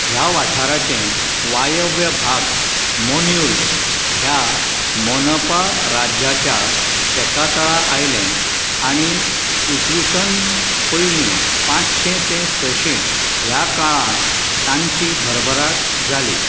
ह्या वाठाराचें वायव्य भाग मोन्युल ह्या मोनपा राज्याच्या शेकातळा आयले आनी इस्वीसन पयलीं पाचशें तें सशें ह्या काळांत तांंची भरभराट जाली